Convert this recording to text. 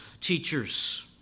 teachers